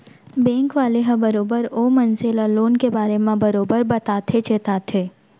bank वाले ह बरोबर ओ मनसे ल लोन के बारे म बरोबर बताथे चेताथे